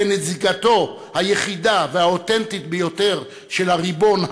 כנציגתו היחידה והאותנטית ביותר של הריבון,